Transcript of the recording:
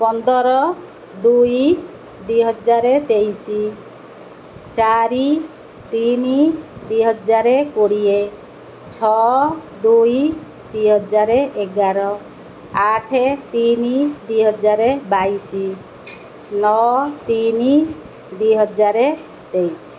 ପନ୍ଦର ଦୁଇ ଦୁଇହଜାର ତେଇଶି ଚାରି ତିନି ଦୁଇହଜାର କୋଡ଼ିଏ ଛଅ ଦୁଇ ଦୁଇହଜାର ଏଗାର ଆଠେ ତିନି ଦୁଇହଜାରେ ବାଇଶି ନଅ ତିନି ଦୁଇହଜାର ତେଇଶି